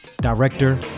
Director